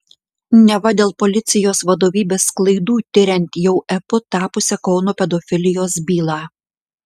neva dėl policijos vadovybės klaidų tiriant jau epu tapusią kauno pedofilijos bylą